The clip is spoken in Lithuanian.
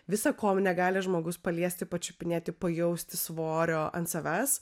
visą ko negali žmogus paliesti pačiupinėti pajausti svorio ant savęs